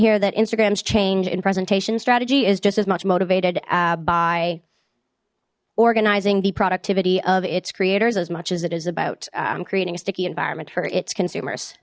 here that instagrams change in presentation strategy is just as much motivated by organizing the productivity of its creators as much as it is about creating a sticky environment for its consumers